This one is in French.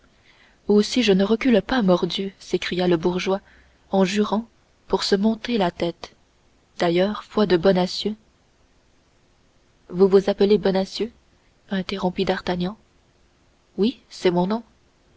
aussi je ne recule pas mordieu s'écria le bourgeois en jurant pour se monter la tête d'ailleurs foi de bonacieux vous vous appelez bonacieux interrompit d'artagnan oui c'est mon nom